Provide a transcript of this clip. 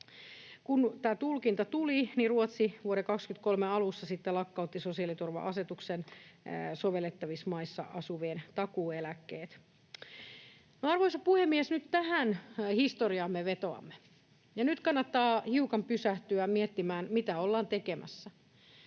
Kun tämä tulkinta tuli, niin Ruotsi vuoden 23 alussa sitten lakkautti sosiaaliturva-asetusta soveltavissa maissa asuvien takuueläkkeet. Arvoisa puhemies! Tähän historiaan me vetoamme, ja nyt kannattaa hiukan pysähtyä miettimään, mitä ollaan tekemässä.